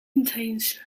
contains